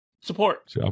Support